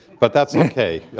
but that's ok.